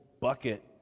bucket